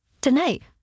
Tonight